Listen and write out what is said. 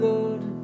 Lord